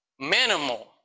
Minimal